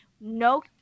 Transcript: No